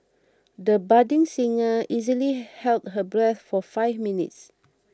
the budding singer easily held her breath for five minutes